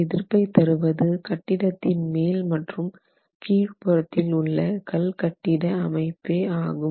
எதிர்ப்பை தருவது கட்டிடத்தின் மேல் மற்றும் கீழ் புறத்தில் உள்ள கல் கட்டிட அமைப்பு ஆகும்